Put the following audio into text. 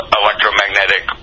electromagnetic